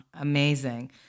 Amazing